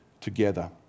together